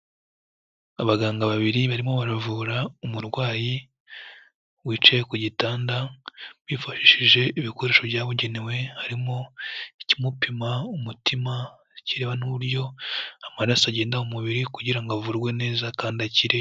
Abaganga babiri barimo baravura umurwayi, wicaye ku gitanda, bifashishije ibikoresho byabugenewe harimo ikimupima umutima, ikireba n'uburyo amaraso agenda mu mubiri kugira ngo avurwe neza kandi akire.